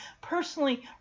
personally